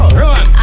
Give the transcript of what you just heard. run